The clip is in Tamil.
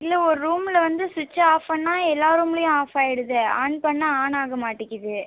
இல்லை ஒரு ரூம்மில் வந்து சுவிச்சை ஆஃப் பண்ணால் எல்லா ரூம்லேயும் ஆஃப் ஆகிடுது ஆன் பண்ணால் ஆன் ஆக மாட்டிக்கிறது